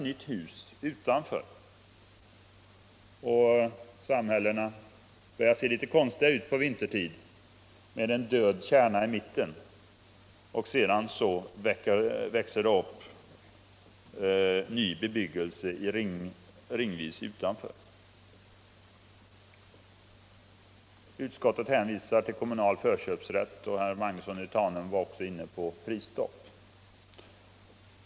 Det gör att samhällena börjar se litet konstiga ut vintertid — en död kärna i mitten och ny bebyggelse i ringar utanför. Utskottet hänvisar till den kommunala förköpsrätten, och herr Magnusson var också inne på prisstopp.